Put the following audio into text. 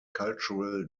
cultural